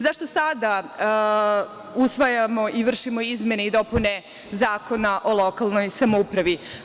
Zašto sada usvajamo i vršimo izmene i dopune Zakona o lokalnoj samoupravi?